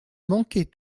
manquer